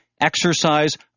exercise